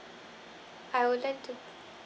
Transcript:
I would like to